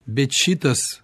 bet šitas